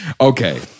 okay